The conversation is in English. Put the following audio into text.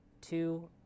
Two